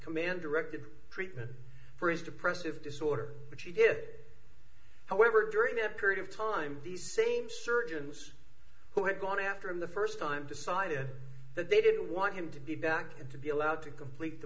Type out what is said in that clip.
commander rep to treatment for his depressive disorder which he did however during that period of time these same surgeons who had gone after him the first time decided that they didn't want him to be back and to be allowed to complete the